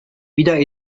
wieder